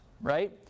right